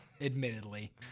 Admittedly